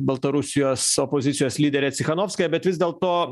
baltarusijos opozicijos lyderė cichanovskaja bet vis dėlto